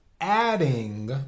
adding